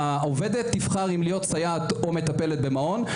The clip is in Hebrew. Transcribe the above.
העובדת תוכל לבחור בין להיות סייעת או מטפלת במעון,